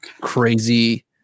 crazy